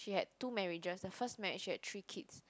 she had two marriages the first marriage she had three kids